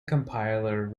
compiler